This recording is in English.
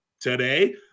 today